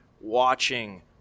watching